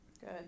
Good